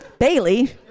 Bailey